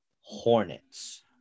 Hornets